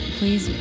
please